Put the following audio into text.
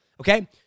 okay